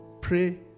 Pray